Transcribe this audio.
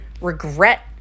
regret